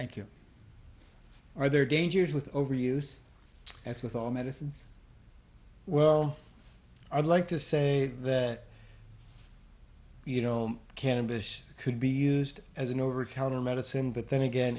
thank you or there are dangers with overuse as with all medicines well i'd like to say that you know cannabis could be used as an over counter medicine but then again